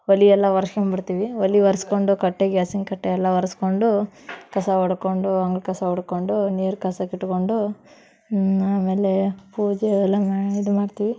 ಒಲೆಯೆಲ್ಲ ಒರ್ಸ್ಕಂಬಿಡ್ತೀವಿ ಒಲೆ ಒರ್ಸ್ಕೊಂಡು ಕಟ್ಟೆ ಗ್ಯಾಸಿನ ಕಟ್ಟೆ ಎಲ್ಲ ಒರೆಸ್ಕೊಂಡು ಕಸ ಹೊಡ್ಕೊಂಡು ಅಂಗ್ಳ ಕಸ ಹೊಡ್ಕೊಂಡು ನೀರು ಕಾಸಕ್ಕೆ ಇಟ್ಕೊಂಡು ಆಮೇಲೆ ಪೂಜೆ ಅವೆಲ್ಲ ಮಾಡಿ ಇದು ಮಾಡ್ತೀವಿ